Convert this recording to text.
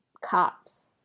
cops